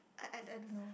I I I don't know